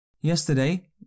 Yesterday